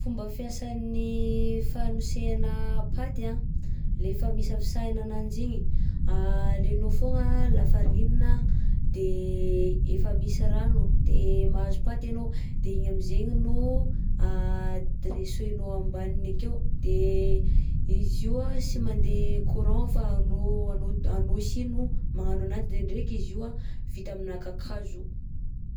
Fomba fiasan'ny fanosehana paty anh, lay famisafisahina ananjy igny, alainao foagna lafarinina de efa misy rano de mahazo paty anao, de igny am'zaigny no dressenao ambaniny akeo, de izy io anh sy mandeha courant fa anao anao anao si no magnano ananjy ndraindraiky izy io anh vita aminà kakazo.